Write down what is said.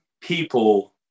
people